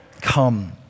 Come